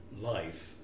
life